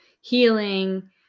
healing